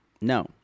No